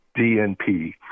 DNP